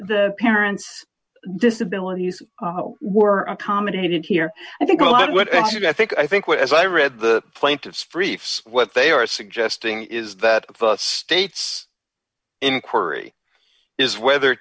the parents disabilities were accommodated here i think i would actually i think i think what as i read the plaintiff's briefs what they are suggesting is that the state's inquiry is whether